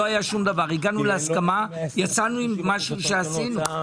הגענו להסכמה, יצאנו עם משהו שהשגנו.